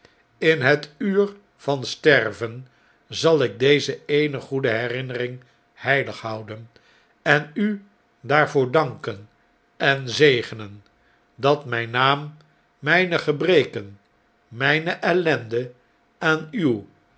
in het uur van sterven zal ik deze eene goede herinnering heilig houden en u daarvoor danken en zegenen dat mgn naam mjjne gebreken mjjne ellende aan